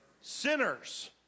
Sinners